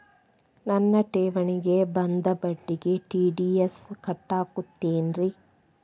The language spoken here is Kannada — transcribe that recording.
ನನ್ನ ಠೇವಣಿಗೆ ಬಂದ ಬಡ್ಡಿಗೆ ಟಿ.ಡಿ.ಎಸ್ ಕಟ್ಟಾಗುತ್ತೇನ್ರೇ?